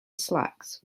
slacks